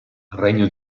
regno